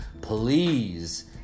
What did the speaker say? please